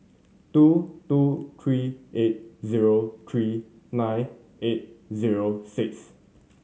two two three eight zero three nine eight zero six